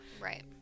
Right